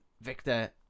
Victor